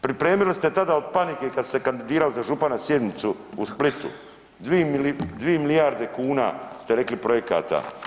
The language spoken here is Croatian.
Pripremili ste tada od panike kad sam se kandidirao za župana sjednicu u Splitu, dvi milijarde kuna ste rekli projekata.